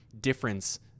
difference